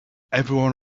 everyone